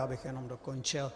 Já bych jenom dokončil.